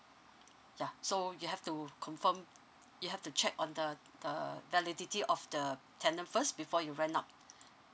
uh so you have to confirm you have to check on the uh of the ten the first before you run lah